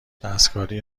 دستکاری